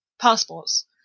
passports